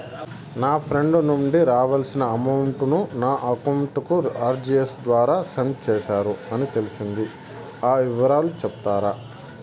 నా ఫ్రెండ్ నుండి రావాల్సిన అమౌంట్ ను నా అకౌంట్ కు ఆర్టిజియస్ ద్వారా సెండ్ చేశారు అని తెలిసింది, ఆ వివరాలు సెప్తారా?